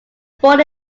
born